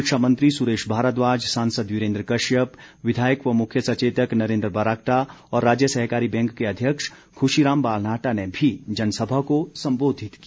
शिक्षा मंत्री सुरेश भारद्वाज सांसद वीरेन्द्र कश्यप विधायक व मुख्य सचेतक नरेन्द्र बरागटा और राज्य सहकारी बैंक के अध्यक्ष खुशी राम बालनाहटा ने भी जनसभा को संबोधित किया